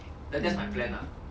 mm